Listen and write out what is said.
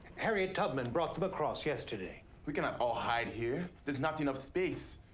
harriet tubman brought them across yesterday. we cannot all hide here. there's not enough space.